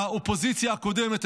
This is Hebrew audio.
האופוזיציה הקודמת,